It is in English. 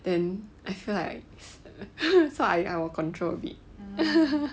then I feel like it's so I will control a bit